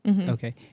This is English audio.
okay